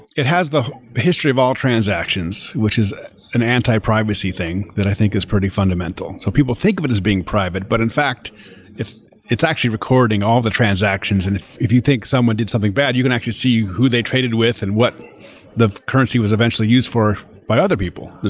it has the history of all transactions, which is an anti-privacy thing that i think is pretty fundamental. so people think of it as being private, but in fact it's it's actually recording all the transactions. and if you think someone did something bad, you can actually see who they traded with and what the currency was eventually used for by other people.